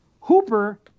Hooper